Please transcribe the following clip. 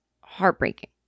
Heartbreaking